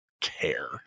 care